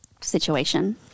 situation